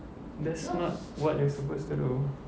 that's not what you're supposed to do